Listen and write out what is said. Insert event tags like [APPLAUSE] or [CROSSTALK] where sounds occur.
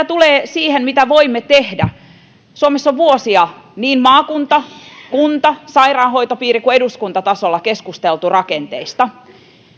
[UNINTELLIGIBLE] tulee siihen mitä voimme tehdä suomessa on vuosia niin maakunta kunta sairaanhoitopiiri kuin eduskuntatasolla keskusteltu rakenteista